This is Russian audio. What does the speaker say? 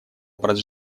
образ